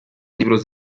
libros